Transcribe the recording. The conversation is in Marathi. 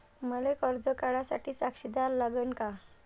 मले कर्ज काढा साठी साक्षीदार लागन का?